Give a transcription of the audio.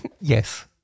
Yes